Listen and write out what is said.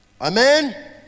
Amen